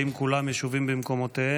האם כולם ישובים במקומותיהם?